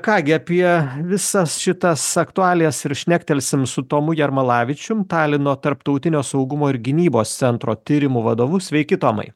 ką gi apie visas šitas aktualijas ir šnektelsim su tomu jarmalavičium talino tarptautinio saugumo ir gynybos centro tyrimų vadovu sveiki tomai